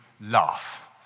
laugh